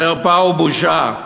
חרפה ובושה.